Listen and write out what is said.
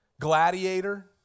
Gladiator